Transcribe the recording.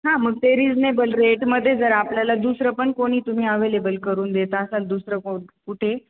हां मग ते रिजनेबल रेटमध्ये जर आपल्याला दुसरं पण कोणी तुम्ही अवेलेबल करून देत असाल दुसरं कोण कुठे